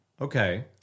okay